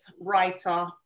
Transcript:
writer